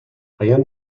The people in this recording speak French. rien